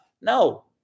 No